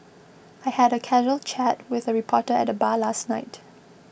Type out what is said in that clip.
I had a casual chat with a reporter at the bar last night